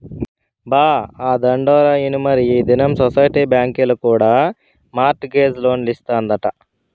బా, ఆ తండోరా ఇనుమరీ ఈ దినం సొసైటీ బాంకీల కూడా మార్ట్ గేజ్ లోన్లిస్తాదంట